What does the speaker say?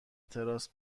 تراس